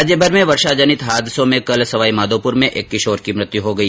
राज्यभर में वर्षाजनित हादसों में कल सवाईमाधोपर में एक किशोर की मृत्य हो गई